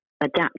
adapt